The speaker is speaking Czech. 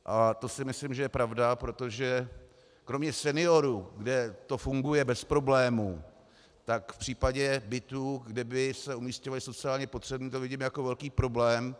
A to si myslím, že je pravda, protože kromě seniorů, kde to funguje bez problémů, tak v případě bytů, kde by se umísťovali sociálně potřební, to vidím jako velký problém.